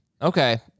Okay